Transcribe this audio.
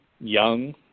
young